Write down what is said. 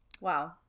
Wow